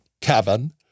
Kevin